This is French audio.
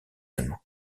allemands